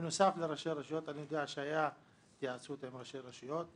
בנוסף, אני יודע שהייתה התייעצות עם ראשי רשויות.